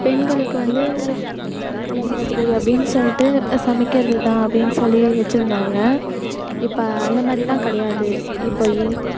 பெண்களுக்கு வந்து இந்தமாதிரி அப்படின்னு சொல்லிட்டு சமைக்கிறது இதுதான் அப்படின்னு சொல்லி வெச்சுருந்தாங்க இப்போ அந்தமாதிரிலாம் கிடையாது இப்போ எங்